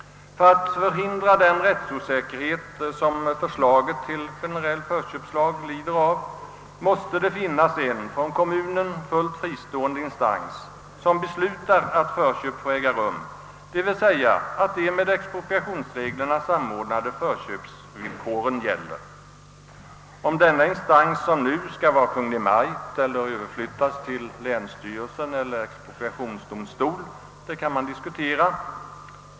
För att förebygga den rättsosäkerhet som kan bli en följd av en generell förköpslag måste man skapa en från kommunen helt fristående instans som beslutar när förköp får äga rum, d.v.s. huruvida de med expropriationsreglerna samordnade förköpsvillkoren gäller. Om denna instans skall vara Kungl. Maj:t som nu eller om funktionen skall överflyttas till länsstyrelsen eller till expropriationsdomstol kan man diskutera.